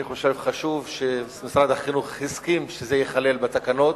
אני חושב שחשוב שמשרד החינוך הסכים שזה ייכלל בתקנות.